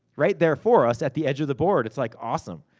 right there for us at the edge of the board. it's like awesome.